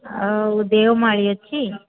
ଆଉ ଦେଓମାଳୀ ଅଛି